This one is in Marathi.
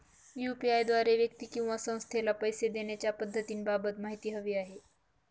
यू.पी.आय द्वारे व्यक्ती किंवा संस्थेला पैसे देण्याच्या पद्धतींबाबत माहिती हवी आहे